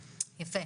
יפה.